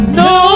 no